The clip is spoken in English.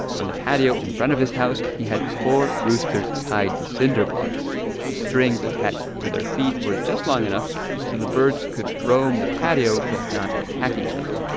on the patio in front of his house, he had four roosters tied to cinder blocks. the strings attached to their feet were just long enough so the birds could roam the patio but not attack each other.